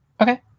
Okay